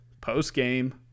post-game